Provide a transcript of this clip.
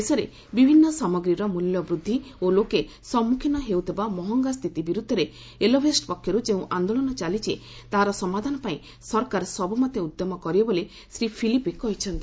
ଦେଶରେ ବିଭିନ୍ନ ସାମଗ୍ରୀର ମୂଲ୍ୟବୃଦ୍ଧି ଓ ଲୋକେ ସମ୍ମୁଖୀନ ହେଉଥିବା ମହଙ୍ଗା ସ୍ଥିତି ବିରୁଦ୍ଧରେ ଏଲୋଭେଷ୍ଟ ପକ୍ଷରୁ ଯେଉଁ ଆନ୍ଦୋଳନ ଚାଲିଛି ତାହାର ସମାଧାନ ପାଇଁ ସରକାର ସବ୍ମତେ ଉଦ୍ୟମ କରିବେ ବୋଲି ଶ୍ରୀ ଫିଲିପେ କହିଛନ୍ତି